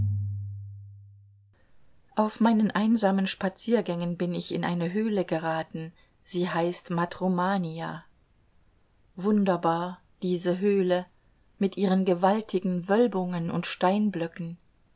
auf meinen einsamen spaziergängen bin ich in eine höhle geraten sie heißt matromania wunderbar diese höhle mit ihren gewaltigen wölbungen und steinblöcken